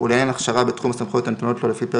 ולעניין הכשרה בתחום הסמכויות הנתונות לו לפי פרק